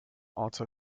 otto